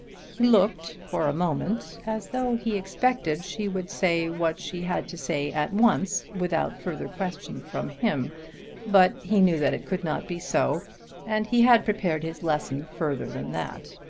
he looked for a moment as though he expected she would say what she had to say at once without further question from him but he knew that it could not be so and he had prepared his lesson further than that.